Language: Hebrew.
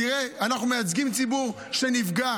תראה, אנחנו מייצגים ציבור שנפגע.